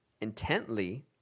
intently